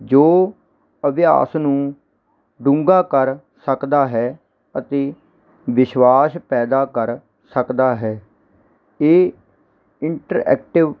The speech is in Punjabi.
ਜੋ ਅਭਿਆਸ ਨੂੰ ਡੂੰਘਾ ਕਰ ਸਕਦਾ ਹੈ ਅਤੇ ਵਿਸ਼ਵਾਸ ਪੈਦਾ ਕਰ ਸਕਦਾ ਹੈ ਇਹ ਇੰਟਰਐਕਟਿਵ